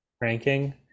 ranking